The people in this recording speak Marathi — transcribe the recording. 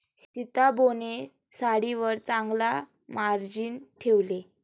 सीताबोने साडीवर चांगला मार्जिन ठेवले